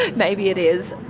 maybe it is.